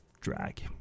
drag